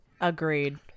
Agreed